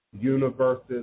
universes